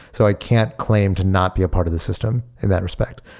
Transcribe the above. so i can't claim to not be a part of the system in that respect.